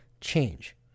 change